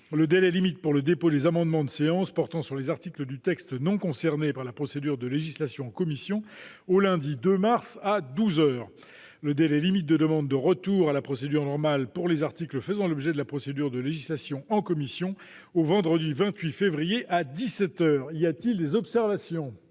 le délai limite pour le dépôt des amendements de séance portant sur les articles du texte non concernés par la procédure de législation en commission au lundi 2 mars à douze heures, le délai limite de demande de retour à la procédure normale pour les articles faisant l'objet de la procédure de législation en commission au vendredi 28 février à dix-sept heures. Y a-t-il des observations ?